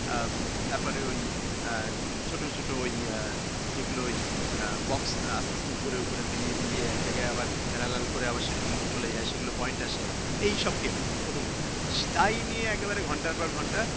তারপরে ওই ছোটো ছোটো ওই যেগুলো ওই বক্স আস্তে আস্তে উপরে উপরে মিলিয়ে মিলিয়ে এক জায়গায় আবার প্যারালাল করে আবার সেটিগুলো চলে যায় সেগুলো পয়েন্ট আসে এই সব গেম প্রথম দিকে তাই নিয়ে একেবারে ঘন্টার বার ঘন্টা